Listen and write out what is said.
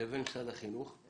לבין משרד החינוך,